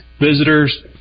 visitors